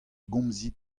gomzit